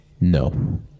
No